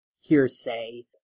hearsay